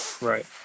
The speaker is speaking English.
Right